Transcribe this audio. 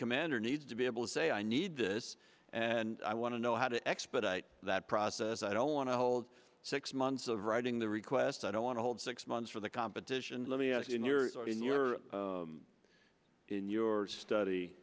commander needs to be able to say i need this and i want to know how to expedite that process i don't want to hold six months of writing the request i don't want to hold six months for the competition let me ask you in your in your in your study